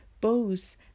bows